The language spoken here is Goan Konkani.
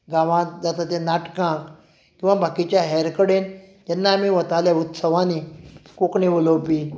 गांवांत जाता ते नाटकांक किंवा बाकीच्या हेर कडेन जेन्ना आमी वताले उत्सवांनी कोंकणी उलोवपी